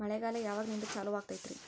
ಮಳೆಗಾಲ ಯಾವಾಗಿನಿಂದ ಚಾಲುವಾಗತೈತರಿ?